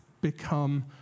become